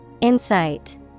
Insight